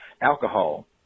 alcohol